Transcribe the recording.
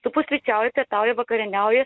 tu pusryčiauji pietauji vakarieniauji